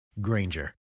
Granger